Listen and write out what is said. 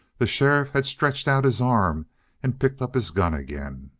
the sheriff had stretched out his arm and picked up his gun again.